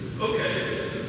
Okay